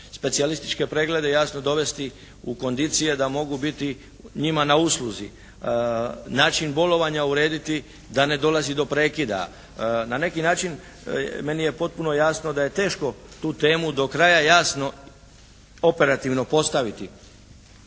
specijalističke preglede jasno dovesti u kondicije da mogu biti njima na usluzi, način bolovanja urediti da ne dolazi do prekida. Na neki način meni je potpuno jasno da je teško tu temu do kraja jasno operativno postaviti,